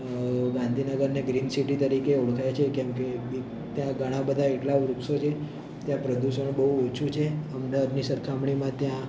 ગાંધીનગરને green city તરીકે ઓળખાય છે કેમ કે ત્યાં ઘણાં બધાં એટલાં વૃક્ષો છે ત્યાં પ્રદૂષણ બહુ ઓછું છે અમદાવાદની સરખામણીમાં ત્યાં